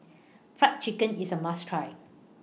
Fried Chicken IS A must Try